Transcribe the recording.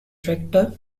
director